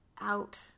out